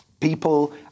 people